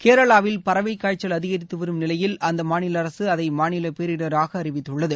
கேரளாவில் பறவை காய்ச்சல் அதிகரித்து வரும் நிலையில் அந்த மாநில அரசு அதை மாநில பேரிடராக அறிவித்துள்ளது